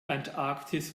antarktis